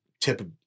tip